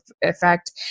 effect